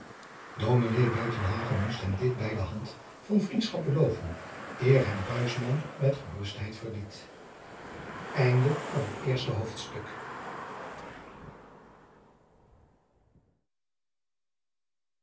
buitenhagen moest hem dit bij de hand van vriendschap beloven eer hem buisman met gerustheid verliet